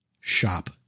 shop